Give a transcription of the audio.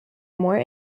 more